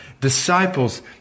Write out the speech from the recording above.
Disciples